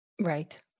Right